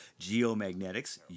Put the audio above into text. geomagnetics